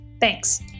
Thanks